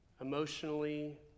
Emotionally